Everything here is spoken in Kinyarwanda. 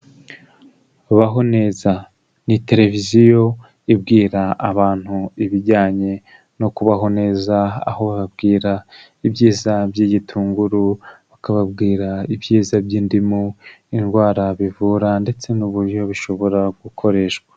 Baho neza, ni televiziyo ibwira abantu ibijyanye no kubaho neza, aho bababwira ibyiza by'igitunguru, bakababwira ibyiza by'indimu, indwara bivura, ndetse n'uburyo bishobora gukoreshwa.